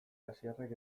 asierrek